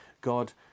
God